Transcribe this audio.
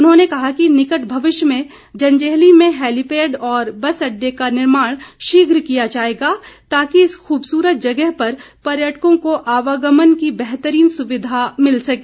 उन्होंने कहा कि निकट भविष्य में जंजैहली में हैलीपैड और बस अड्डे का निर्माण शीघ्र किया जाएगा ताकि इस खूबसूरत जगह पर पर्यटकों को आवागमन की बेहतरीन सुविधा मिल सके